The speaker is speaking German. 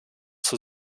zur